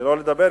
שלא לדבר,